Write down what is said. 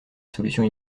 solution